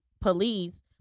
Police